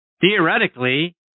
theoretically